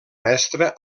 mestre